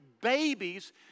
babies